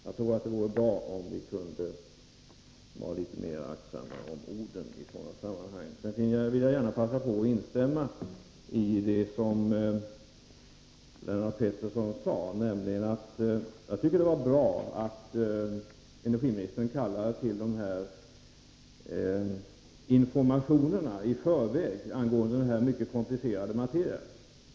Jag tror att det vore bra om vi kunde vara något mera aktsamma om orden i dessa sammanhang. Jag vill gärna passa på och instämma i det som Lennart Pettersson sade om den information som givits. Jag tycker det var bra att energiministern kallade tillinformation angående den här mycket komplicerade materian.